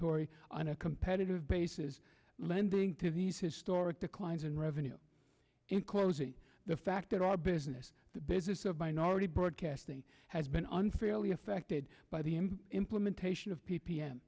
tory on a competitive basis lending to these historic declines in revenue in closing the fact that our business the business of minority broadcasting has been unfairly affected by the im implementation of p